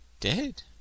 Dead